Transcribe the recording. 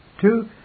Two